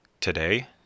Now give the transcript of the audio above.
Today